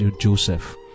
Joseph